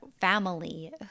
family